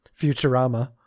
Futurama